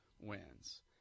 wins